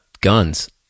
guns